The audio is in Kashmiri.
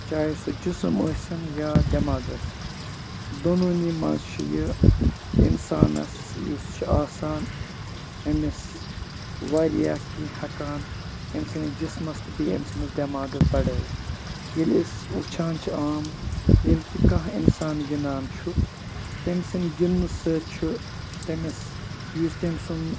چاہے سُہ جسم ٲسِن یا دیٚماغ ٲسِن دۄنوٗنی منٛز چھُ یہِ اِنسانَس یُس چھُ آسان أمِس واریاہ کیٚنٛہہ ہیٚکان أمۍ سٕنٛدِس جِسمَس تہٕ بیٚیہِ أمۍ سٕنٛدِس دیٚماغَس بڑھٲیِتھ ییٚلہِ أسۍ وُچھان چھِ عام ییٚلہِ تہِ کانٛہہ اِنسان گِنٛدان چھُ تٔمۍ سٕنٛدۍ گِنٛدنہٕ سۭتۍ چھُ تٔمِس یُس تٔمۍ سُنٛد